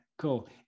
cool